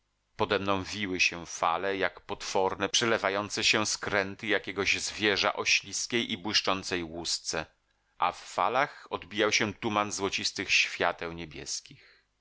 wiły się fale jak potworne przelewające się skręty jakiegoś zwierza o śliskiej i błyszczącej łusce a w falach odbijał się tuman złocistych świateł niebieskich